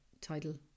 title